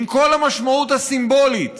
עם כל המשמעות הסימבולית,